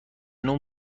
نوع